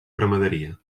ramaderia